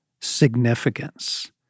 significance